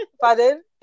Pardon